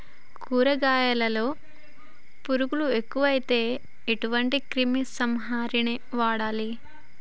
కూరగాయలలో పురుగులు ఎక్కువైతే ఎటువంటి క్రిమి సంహారిణి వాడాలి?